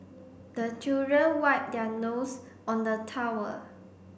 the children wipe their nose on the towel